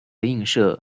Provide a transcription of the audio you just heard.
映射